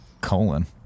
colon